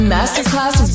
Masterclass